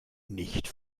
nicht